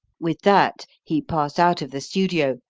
with that, he passed out of the studio,